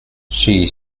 she